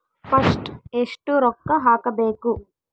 First ಎಷ್ಟು ರೊಕ್ಕ ಹಾಕಬೇಕು?